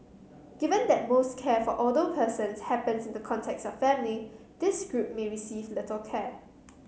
given that most care for older persons happens in the context of family this group may receive little care